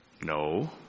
No